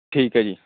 ਠੀਕ ਹੈ ਜੀ